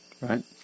Right